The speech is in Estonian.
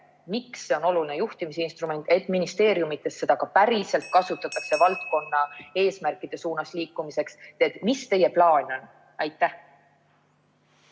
miks see on oluline juhtimisinstrument, ja et ministeeriumides seda ka päriselt kasutataks valdkonna eesmärkide suunas liikumiseks? Mis teie plaan on? Aitäh!